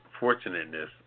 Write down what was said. fortunateness